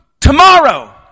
tomorrow